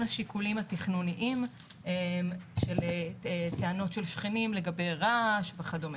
השיקולים התכנוניים של טענות של שכנים לגבי רעש וכדומה.